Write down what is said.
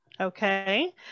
Okay